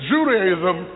Judaism